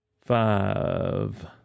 five